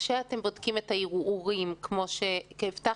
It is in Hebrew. כשאתם בודקים את הערעורים כמו שהבטחתם,